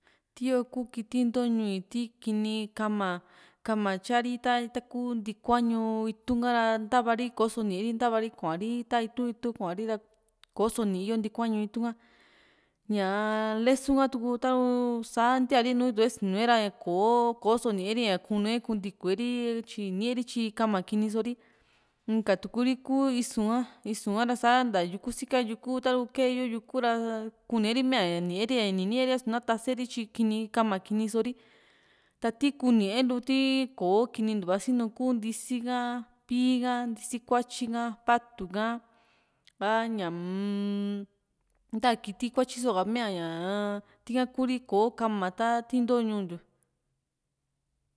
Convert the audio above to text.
tío kuu kiti ntoo ñuu´i ti kíni ka´ma tyari ta taku tikuañu itu´n ka ra ntaavari ko´sone´ri ntava ri kuaari ta nta nta itu´n kuari ra koso nii´yo ntikuañu itu´n ka ñaa lesu ha tuku taa´ru sa ntiari nùù itu e´ra koso neri ña kunue kuntikue ri tyi innie´ri tyi Kama kini so´ri inka tuku ri kuu isu ha isu ha´ra sa nta yuku sika yuku tuku kee yo yuku ra kuneri mia nie´ri ra ine´ri asu na taseeri tyi kini Kama kiini so ri ta ti kuu nee lu ti kò´o kinintuva sinu ku ntisi ka pí´i ha ntisi kuatyi ka patu ka a ñaa-m nta kiti kuatyi so ka miia ñaa tika Kuri kò´o Kama ta ti nto ñuu ntiu